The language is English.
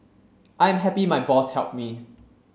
I am happy my boss helped me